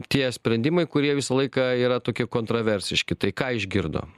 tie sprendimai kurie visą laiką yra tokie kontraversiški tai ką išgirdo